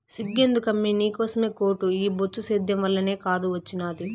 సిగ్గెందుకమ్మీ నీకోసమే కోటు ఈ బొచ్చు సేద్యం వల్లనే కాదూ ఒచ్చినాది